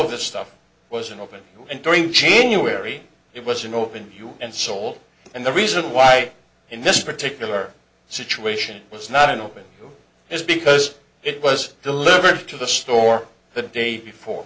of this stuff was an open and during cheney wherry it was an open you and soul and the reason why in this particular situation was not an open is because it was delivered to the store the day before